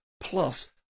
Plus